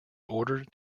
ordered